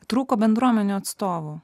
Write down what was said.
trūko bendruomenių atstovų